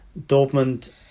Dortmund